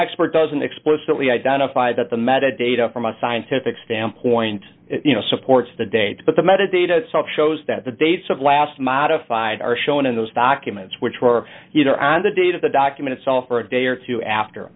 expert doesn't explicitly identify that the method data from a scientific standpoint you know supports the date but the meditative shows that the dates of last modified are shown in those documents which were either on the date of the document itself or a day or two after